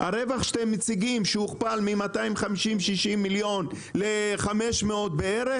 הרווח שאתם מציגים שהוכפל מ-250 או 260 מיליון ל-500 בערך,